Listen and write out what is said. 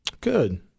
Good